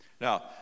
Now